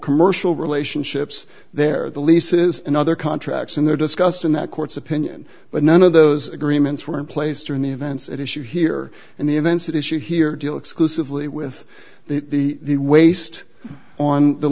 commercial relationships there the lease is in other contracts and there discussed in that court's opinion but none of those agreements were in place during the events at issue here and the events that issue here deal exclusively with the waste on the